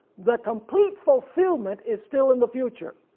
the complete fulfillment is still in the future.